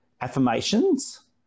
affirmations